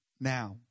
now